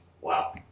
wow